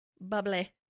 bubbly